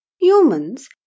Humans